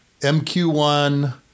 MQ-1